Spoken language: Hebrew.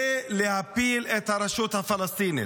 להפיל את הרשות הפלסטינית.